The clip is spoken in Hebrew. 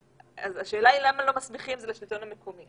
השאלה למה לא מסמיכים זה לשלטון המקומי.